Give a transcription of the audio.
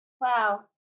Wow